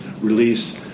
release